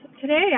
Today